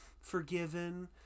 forgiven